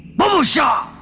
babhusha!